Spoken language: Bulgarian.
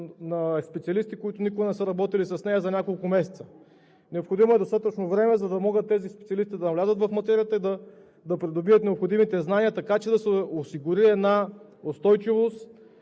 на специалисти, които никога не са работили с нея. Необходимо е достатъчно време, за да могат тези специалисти да навлязат в материята и да придобият необходимите знания, така че да се осигури една устойчивост